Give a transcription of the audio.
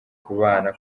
kubana